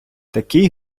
такий